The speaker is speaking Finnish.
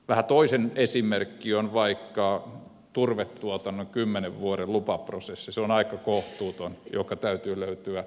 vähän toinen esimerkki on vaikka turvetuotannon kymmenen vuoden lupaprosessi joka on aika kohtuuton ja johonka täytyy löytyä parannuskeinoja